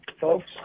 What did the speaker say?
folks